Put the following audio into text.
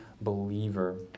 believer